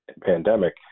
pandemic